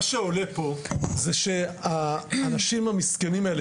מה שעולה פה זה שהאנשים המסכנים האלה,